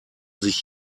sich